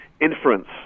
inference